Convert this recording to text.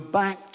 back